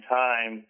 time